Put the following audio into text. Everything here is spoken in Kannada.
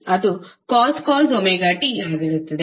ಅದು cos ωt ಆಗಿರುತ್ತದೆ